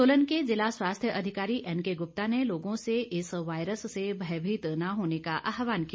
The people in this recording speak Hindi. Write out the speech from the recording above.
सोलन के जिला स्वास्थ्य अधिकारी एनके गुप्ता ने लोगों से इस वायरस से भयभीत न होने का आहवान किया